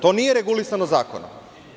To nije regulisano zakonom.